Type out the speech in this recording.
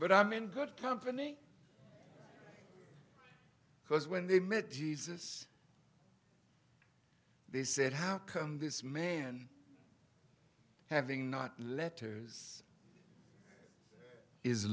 but i'm in good company because when they met jesus they said how come this man having not letters